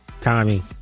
Tommy